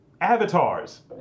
Avatars